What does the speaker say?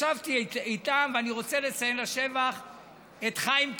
ישבתי איתם, ואני רוצה לציין לשבח את חיים כץ,